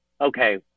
okay